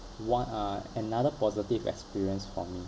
one uh another positive experience for me